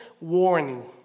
warning